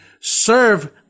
serve